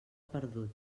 perdut